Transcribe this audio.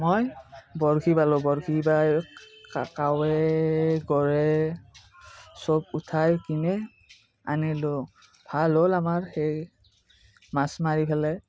মই বৰশী বালো বৰশী বাই কাৱৈ গৰৈ চব উঠাই কিনে আনিলোঁ ভাল হ'ল আমাৰ সেই মাছ মাৰি পেলাই